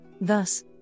thus